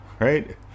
right